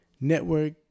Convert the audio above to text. network